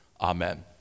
Amen